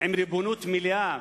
עם ריבונות מלאה,